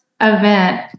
event